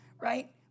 right